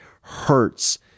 hurts